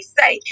say